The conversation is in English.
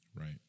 Right